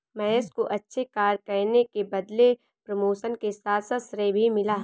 महेश को अच्छे कार्य करने के बदले प्रमोशन के साथ साथ श्रेय भी मिला